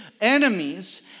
enemies